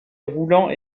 roulant